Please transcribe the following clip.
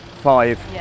five